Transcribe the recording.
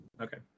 Okay